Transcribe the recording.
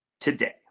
today